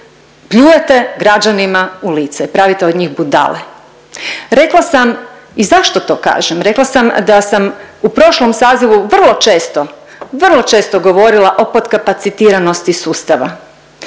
pljujete građanima u lice, pravite od njih budale. Rekla sam i zašto to kažem? Rekla sam da sam u prošlom sazivu vrlo često, vrlo često govorila o potkapacitiranosti sustava.